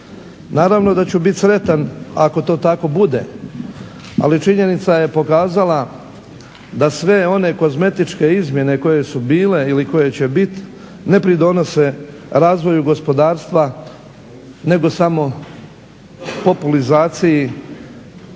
Naravno da ću biti sretan ako to tako bude, ali činjenica je pokazala da sve one kozmetičke izmjene koje su bile ili koje će biti ne pridonose razvoju gospodarstva nego samo populizaciji